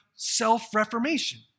Self-reformation